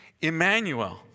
Emmanuel